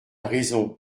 raison